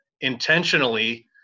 intentionally